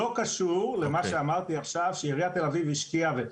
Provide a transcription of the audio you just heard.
לא קשור למה שאמרתי עכשיו שעיריית תל אביב השקיעה.